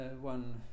one